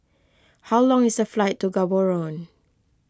how long is the flight to Gaborone